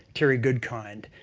terry goodkind,